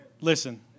Listen